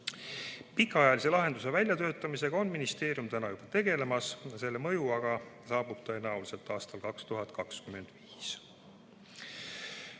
Pikaajalise lahenduse väljatöötamisega on ministeerium täna juba tegelemas, aga selle mõju saabub tõenäoliselt aastal 2025.